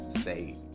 state